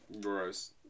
Gross